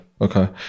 Okay